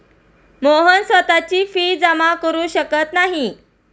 मोहन स्वतःची फी जमा करु शकत नाही